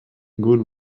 good